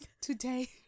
today